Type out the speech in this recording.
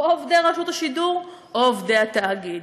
או עובדי רשות השידור או עובדי התאגיד.